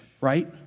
right